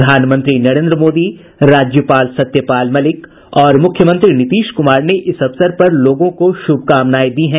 प्रधानमंत्री नरेन्द्र मोदी राज्यपाल सत्यपाल मलिक और मुख्यमंत्री नीतीश कुमार ने इस अवसर पर लोगों को शुभकामनाएं दी है